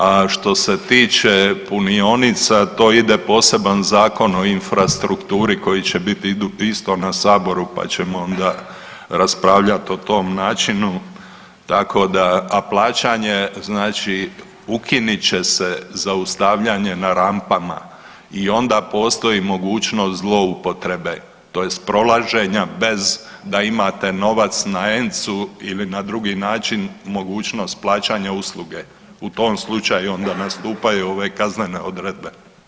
A što se tiče punionica to ide poseban zakon o infrastrukturi koji će biti isto na Saboru pa ćemo onda raspravljat o tom načinu, tako da, a plaćanje znači ukinit će se zaustavljanje na rampama i onda postoji mogućnost zloupotrebe tj. prolaženja bez da imate novac na ENC-u ili na drugi način mogućnost plaćanja usluge u tom slučaju onda nastupaju ove kaznene odredbe.